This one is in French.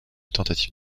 tentative